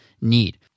need